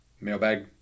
Mailbag